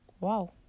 wow